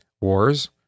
Wars